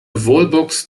wallbox